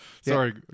Sorry